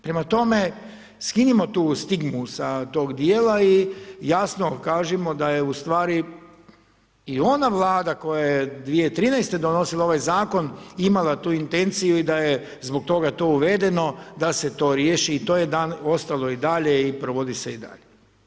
Prema tome, skinimo tu stigmu sa toga dijela i jasno kažimo da je u stvari i ona Vlada koja je 2013.-te donosila ovaj Zakon imala tu intenciju i da je zbog toga to uvedeno da se to riješi i to je ostalo dalje i provodi se i dalje.